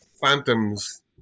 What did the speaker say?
Phantoms